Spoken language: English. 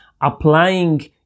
applying